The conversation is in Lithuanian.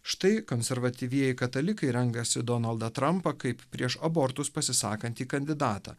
štai konservatyvieji katalikai renkasi donaldą trampą kaip prieš abortus pasisakantį kandidatą